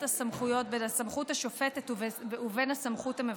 הסמכויות בין הסמכות השופטת ובין הסמכות המבצעת,